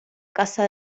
casa